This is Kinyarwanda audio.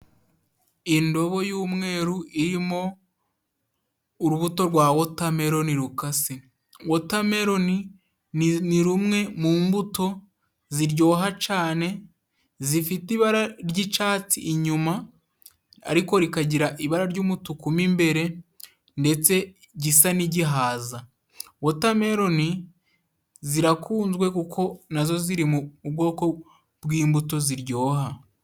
Indobo y'umweru irimo urubuto rwa wotameroni rukase, wotameroni ni ni rumwe mu mbuto ziryoha cane zifite ibara ry'icatsi inyuma ariko rikagira ibara ry'umutuku mo imbere ndetse gisa n'igihaza, wotameroni zirakunzwe kuko nazo ziri mu bwoko bw'imbuto ziryoha.